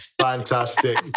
Fantastic